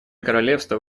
королевство